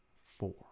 four